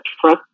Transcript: trust